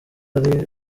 ari